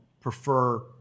prefer